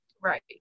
Right